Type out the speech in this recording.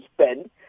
spend